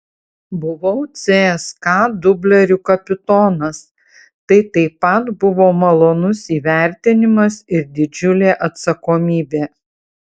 buvau cska dublerių kapitonas tai taip pat buvo malonus įvertinimas ir didžiulė atsakomybė